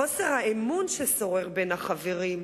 חוסר אמון בין החברים.